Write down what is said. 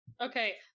Okay